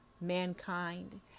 mankind